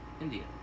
India